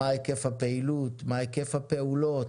מה היקף הפעילות, מה היקף הפעולות,